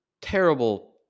terrible